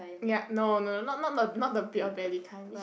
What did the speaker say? ya no no not not not the beer belly kind